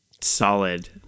solid